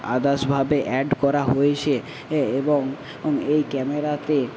আদার্সভাবে add করা হয়েছে এবং এই ক্যামেরাতে